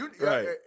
right